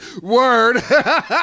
Word